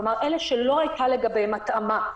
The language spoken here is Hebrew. כלומר אלה שלא הייתה לגביהם התאמה.